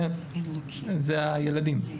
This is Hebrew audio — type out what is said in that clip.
זה הילדים.